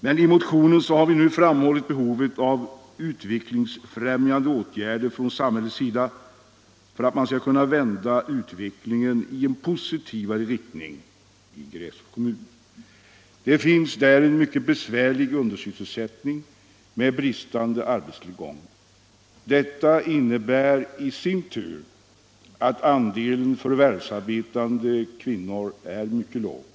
I motionen har vi nu framhållit behovet av utvecklingsfrämjande åtgärder från samhällets sida för att man skall kunna vända utvecklingen i en mera positiv riktning i Grästorps kommun. Det finns där en mycket besvärlig undersysselsättning med bristande arbetstillgång. Detta innebär i sin tur att andelen förvärvsarbetande kvinnor är mycket låg.